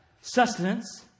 sustenance